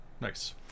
Nice